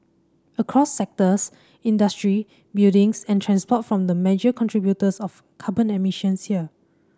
across sectors industry buildings and transport from the major contributors of carbon emissions here